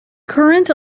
current